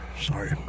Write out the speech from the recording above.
sorry